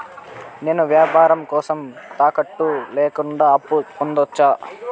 నేను వ్యాపారం కోసం తాకట్టు లేకుండా అప్పు పొందొచ్చా?